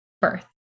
birth